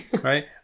right